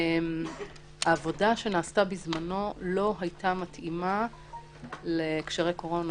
העבודה שנעשתה בזמנו לא הייתה מתאימה להקשרי קורונה.